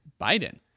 Biden